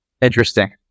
Interesting